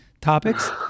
topics